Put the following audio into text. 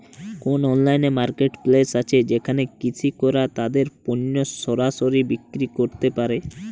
কোন online marketplace আছে যেখানে কৃষকরা তাদের পণ্য সরাসরি বিক্রি করতে পারে?